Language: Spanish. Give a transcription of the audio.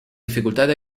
dificultades